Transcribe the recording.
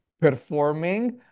performing